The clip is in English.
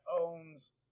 owns